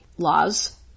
laws